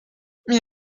mir